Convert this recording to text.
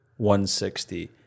160